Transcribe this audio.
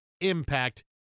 impact